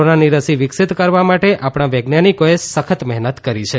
કોરોનાની રસી વિકસીત કરવા માટે આપણા વૈજ્ઞાનીકોએ સખત મહેનત કરી છે